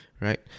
right